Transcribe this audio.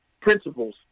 principles